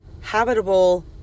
habitable